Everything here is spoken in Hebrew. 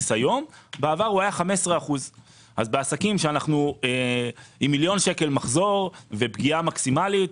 בעבר הוא היה 15%. בעסקים עם מחזור של מיליון שקל ופגיעה מקסימלית,